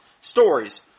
stories